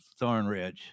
Thornridge